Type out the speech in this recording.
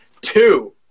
Two